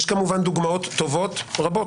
יש כמובן דוגמאות טובות רבות,